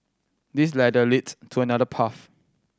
this ladder leads to another path